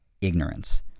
ignorance